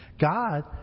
God